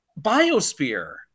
Biosphere